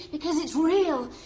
because it's real!